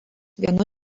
vienu